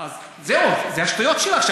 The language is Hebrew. זהו, זה השטויות שלך.